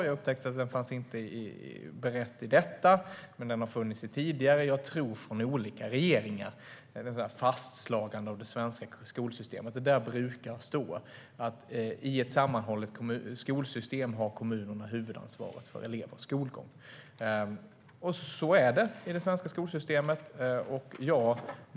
Jag upptäckte att den inte fanns i detta svar, men den har funnits i tidigare svar från, tror jag, olika regeringar när det gäller fastslagande av det svenska skolsystemet. Där brukar det stå att i ett sammanhållet skolsystem har kommunerna huvudansvaret för elevernas skolgång, och så är det i det svenska skolsystemet.